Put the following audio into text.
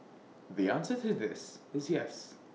the answer to this is yes